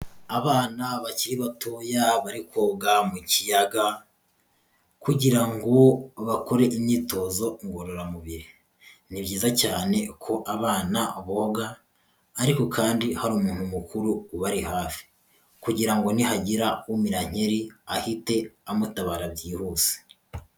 Abana bakiri batoya bari koga mu kiyaga kugira ngo bakore imyitozo ngororamubiri, ni byiza cyane ko abana boga ariko kandi hari umuntu mukuru ubari hafi kugira ngo nihagira umira nkeri ahite amutabara byihuse.